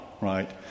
right